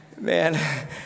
Man